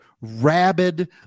rabid